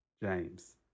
James